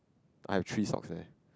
I have three socks there